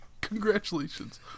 Congratulations